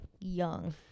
young